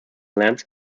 lands